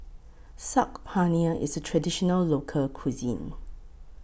Saag Paneer IS A Traditional Local Cuisine